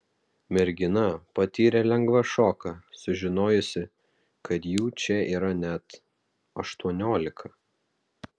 mergina patyrė lengvą šoką sužinojusi kad jų čia yra net aštuoniolika